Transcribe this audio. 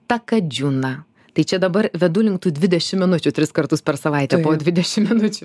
takadžiuna tai čia dabar vedu link tų dvidešim minučių tris kartus per savaitę po dvidešim minučių